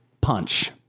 punch